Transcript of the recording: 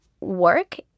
work